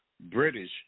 British